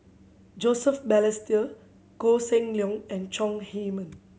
Joseph Balestier Koh Seng Leong and Chong Heman